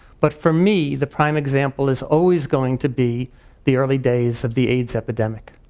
but for me, the prime example is always going to be the early days of the aids epidemic.